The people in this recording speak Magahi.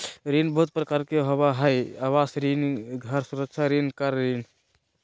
ऋण बहुत प्रकार के होबा हइ आवास ऋण, घर सुधार ऋण, कार ऋण